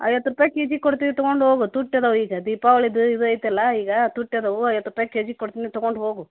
ಐವತ್ತು ರೂಪಾಯಿ ಕೆ ಜಿಗೆ ಕೊಡ್ತೀವಿ ತೊಗೊಂಡೋಗು ತುಟ್ಟಿ ಇದವ್ ಈಗ ದೀಪಾವಳಿದು ಇದು ಐತಲ್ಲ ಈಗ ತುಟ್ಟಿ ಅದವು ಐವತ್ತು ರೂಪಾಯಿ ಕೆ ಜಿಗೆ ಕೊಡ್ತೀನಿ ತೊಗೊಂಡು ಹೋಗು